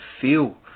feel